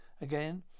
again